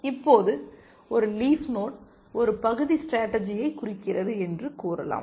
இப்போது ஒரு leaf node ஒரு பகுதி ஸ்டேடர்ஜியைக் குறிக்கிறது என்று கூறலாம்